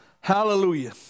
Hallelujah